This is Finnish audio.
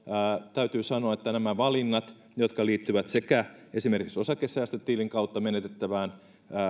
täytyy sanoa että nämä valinnat jotka liittyvät sekä esimerkiksi osakesäästötilin kautta menetettävään